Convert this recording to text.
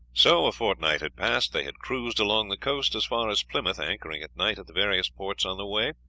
so a fortnight had passed they had cruised along the coast as far as plymouth, anchoring at night at the various ports on the way.